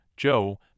Joe